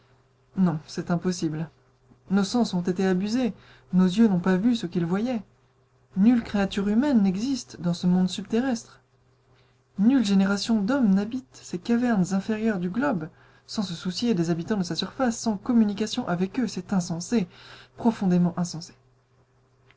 non c'est impossible nos sens ont été abusés nos yeux n'ont pas vu ce qu'ils voyaient nulle créature humaine n'existe dans ce monde subterrestre nulle génération d'hommes n'habite ces cavernes inférieures du globe sans se soucier des habitants de sa surface sans communication avec eux c'est insensé profondément insensé